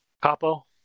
Capo